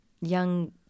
young